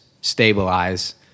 stabilize